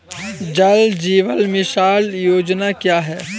जल जीवन मिशन योजना क्या है?